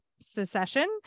secession